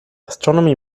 astronomy